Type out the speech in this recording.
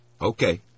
okay